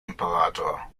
imperator